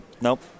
Nope